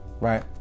right